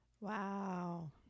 Wow